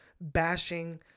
bashing